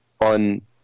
on